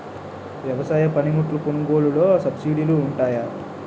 వ్యవసాయ పనిముట్లు కొనుగోలు లొ సబ్సిడీ లు వుంటాయా?